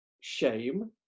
shame